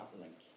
link